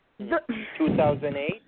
2008